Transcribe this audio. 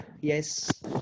Yes